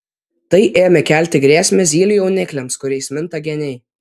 tai ėmė kelti grėsmę zylių jaunikliams kuriais minta geniai